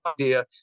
idea